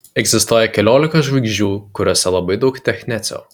egzistuoja keliolika žvaigždžių kuriose labai daug technecio